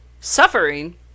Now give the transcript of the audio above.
suffering